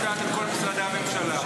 אושר בכל משרדי הממשלה.